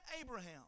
Abraham